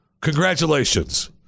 congratulations